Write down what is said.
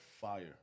fire